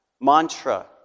mantra